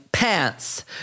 Pants